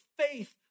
faith